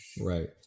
Right